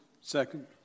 Second